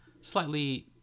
slightly